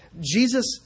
Jesus